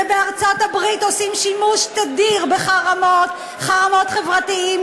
ובארצות-הברית עושים שימוש תדיר בחרמות: חרמות חברתיים,